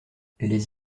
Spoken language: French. les